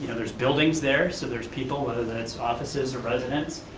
and there's buildings there, so there's people whether that it's offices or residence.